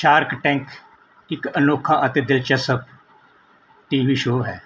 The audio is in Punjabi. ਸ਼ਾਰਕ ਟੈਂਕ ਇੱਕ ਅਨੋਖਾ ਅਤੇ ਦਿਲਚਸਪ ਟੀ ਵੀ ਸ਼ੋਅ ਹੈ